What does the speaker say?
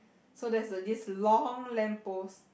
so there's a this long lamp post